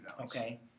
Okay